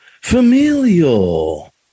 familial